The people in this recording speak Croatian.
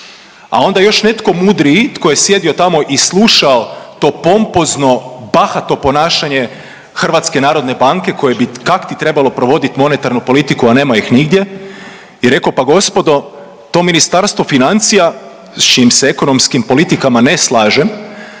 A onda još netko mudriji tko je sjedio tamo i slušao to pompozno bahato ponašanje Hrvatske narodne banke koje bi kakti trebalo provoditi monetarnu politiku, a nema ih nigdje. I reko pa gospodo to Ministarstvo financija sa čijim se ekonomskim politikama ne slažem